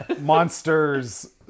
monster's